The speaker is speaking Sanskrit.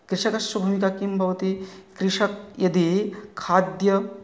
कृषकस्य भूमिका किं भवति कृषक् यदि खाद्यं